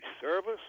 service